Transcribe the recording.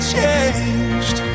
Changed